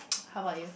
how about you